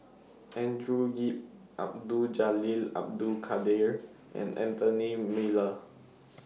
Andrew Yip Abdul Jalil Abdul Kadir and Anthony Miller